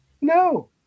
No